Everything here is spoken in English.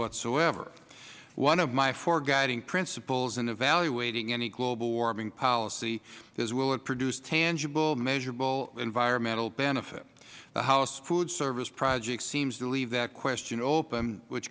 whatsoever one of my four guiding principles in evaluating any global warming policy is will it produce tangible measurable environmental benefit the house food service project seems to leave that question open which